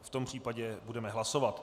V tom případě budeme hlasovat.